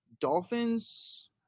dolphins